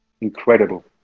Incredible